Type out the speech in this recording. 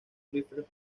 wilfred